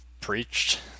preached